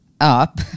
up